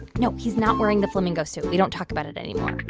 no, he's not wearing the flamingo suit. we don't talk about it anymore.